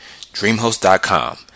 DreamHost.com